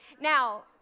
Now